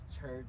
Church